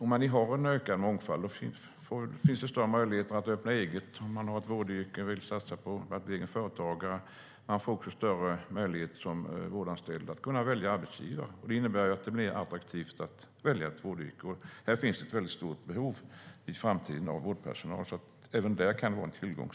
Om vi har en mångfald finns det större möjligheter att öppna eget om man har ett vårdyrke och vill satsa på att bli egen företagare. Man får som vårdanställd också större möjligheter att välja arbetsgivare. Det innebär att det blir mer attraktivt att välja ett vårdyrke. Det finns ett mycket stort behov av vårdpersonal i framtiden. Även där kan det alltså vara en tillgång.